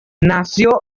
nació